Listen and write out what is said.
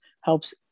helps